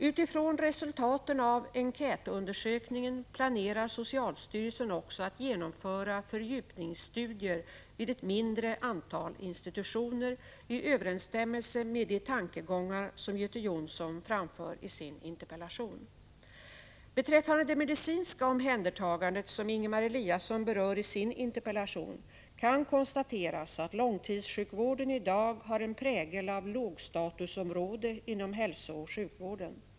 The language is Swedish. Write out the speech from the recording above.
Utifrån resultaten av enkätundersökningen planerar socialstyrelsen också att genomföra fördjupningsstudier vid ett mindre antal institutioner i överensstämmelse med de tankegångar som Göte Jonsson framför i sin interpellation. Beträffande det medicinska omhändertagandet — som Ingemar Eliasson berör i sin interpellation — kan konstateras att långtidssjukvården i dag har en prägel av lågstatusområde inom hälsooch sjukvården.